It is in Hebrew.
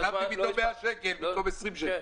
שילמתי פתאום 100 שקל במקום 20 שקל.